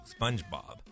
spongebob